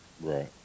Right